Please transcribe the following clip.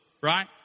right